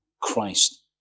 Christ